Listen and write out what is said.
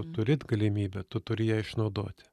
turit galimybę tu turi ją išnaudoti